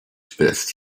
fist